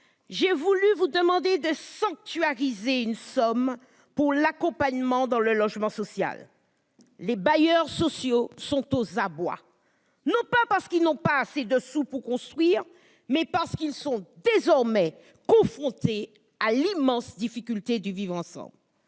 je vous demande notamment de sanctuariser une somme pour l'accompagnement dans le logement social. Les bailleurs sociaux sont aux abois, non parce qu'ils n'auraient pas assez de sous pour construire, mais parce qu'ils sont désormais confrontés à l'immense difficulté du vivre-ensemble.